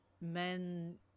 men